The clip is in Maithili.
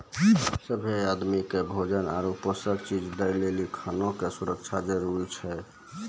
सभ्भे आदमी के भोजन आरु पोषक चीज दय लेली खाना के सुरक्षा जरूरी छै